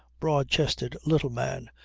broad chested, little man,